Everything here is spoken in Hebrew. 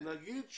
נגיד שלא,